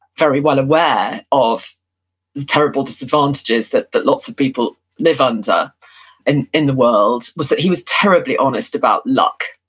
very well aware of the terrible disadvantages that that lots of people live under and in the world, was that he was terribly honest about luck.